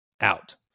out